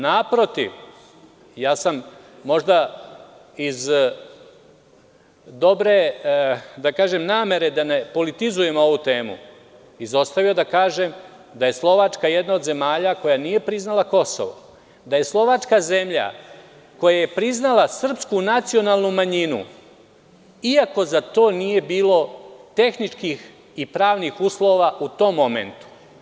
Naprotiv, ja sam možda iz dobre namere da ne politizujem ovu temu izostavio da kažem da je Slovačka jedna od zemalja koja nije priznala Kosovo, da je Slovačka zemlja koja je priznala srpsku nacionalnu manjinu iako za to nije bilo tehničkih i pravnik uslova u tom momentu.